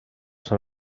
són